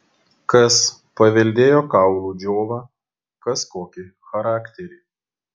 kas paveldėjo kaulų džiovą kas kokį charakterį